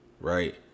right